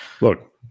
look